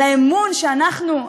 על האמון שאנחנו,